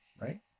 right